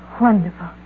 Wonderful